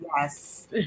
Yes